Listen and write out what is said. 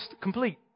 complete